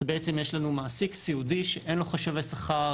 יש לנו מעסיק סיעודי שאין לו חשבי שכר,